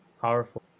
powerful